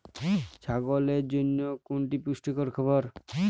ছাগলের জন্য কোনটি পুষ্টিকর খাবার?